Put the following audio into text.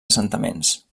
assentaments